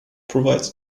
provides